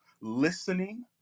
listening